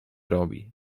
robi